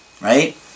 right